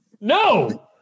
No